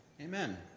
Amen